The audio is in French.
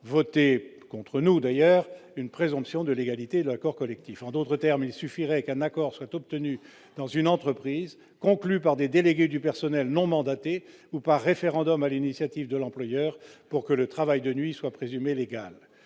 voté, contre notre avis d'ailleurs, une présomption de légalité de l'accord collectif. En d'autres termes, il suffirait qu'un accord soit obtenu dans une entreprise, conclu par des délégués du personnel non mandatés ou par référendum sur l'initiative de l'employeur pour que le travail de nuit soit présumé légal.